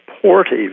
supportive